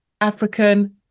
African